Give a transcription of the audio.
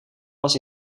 was